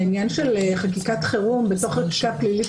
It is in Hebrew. העניין של חקיקת חירום בתוך חקיקה פלילית